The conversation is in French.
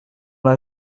l’a